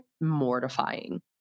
mortifying